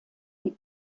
die